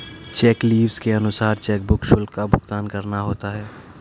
check leaves के अनुसार chequebook शुल्क का भुगतान करना होता है